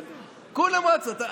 כולם רצו.